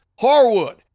Harwood